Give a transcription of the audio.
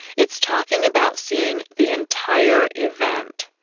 it's talking about seeing the entire event.